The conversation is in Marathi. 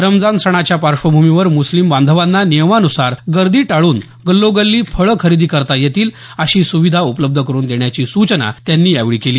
रमजान सणाच्या पार्श्वभूमीवर मुस्लिम बांधवांना नियमानुसार गर्दी टाळून गल्लोगल्ली फळं खरेदी करता येतील अशी सुविधा उपलब्ध करून देण्याची सूचना त्यांनी यावेळी केली